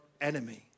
enemy